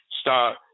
start